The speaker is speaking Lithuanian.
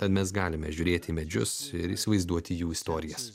tad mes galime žiūrėti į medžius ir įsivaizduoti jų istorijas